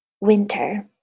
winter